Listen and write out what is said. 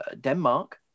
denmark